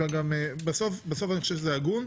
בסוף אני חושב שזה הגון.